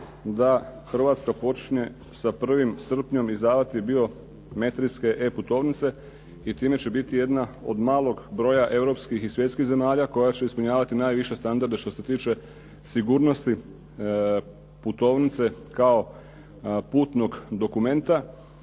da Hrvatska počinje sa 1. srpnjem izdavati biometrijske E putovnice i time će biti jedna od malog broja europskih i svjetskih zemalja koja će ispunjavati najviše standarde što se tiče sigurnosti putovnice kao putnog dokumenta